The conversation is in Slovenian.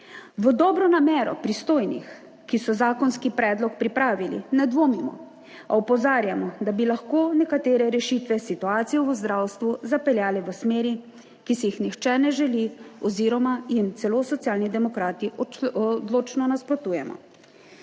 V dobro namero pristojnih, ki so zakonski predlog pripravili, ne dvomimo, a opozarjamo, da bi lahko nekatere rešitve situacijo v zdravstvu zapeljale v smeri, ki si jih nihče ne želi oziroma jim celo Socialni demokrati odločno nasprotujemo.